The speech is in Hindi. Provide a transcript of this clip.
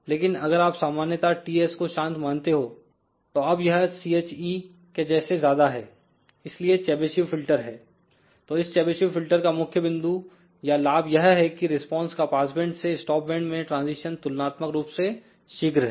लेकिन अगर आप सामान्यता Ts को शांत मानते हो तो अब यह che के जैसे ज्यादा है इसलिए चेबीशेव फिल्टर है तो इस चेबीशेव फिल्टर का मुख्य बिंदु या लाभ यह है की रिस्पांस का पासबैंड से स्टॉप बैंड में ट्रांजिशन तुलनात्मक रूप से शीघ्र है